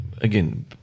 again